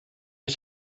ich